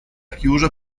chiusa